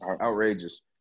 Outrageous